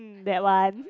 that one